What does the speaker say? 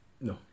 no